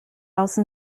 house